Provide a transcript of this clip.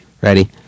ready